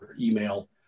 email